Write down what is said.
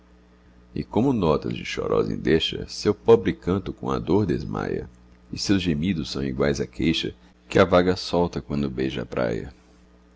e como notas de chorosa endecha eu pobre canto com a dor desmaia e seus gemidos são iguais à queixa que a vaga solta quando beija a praia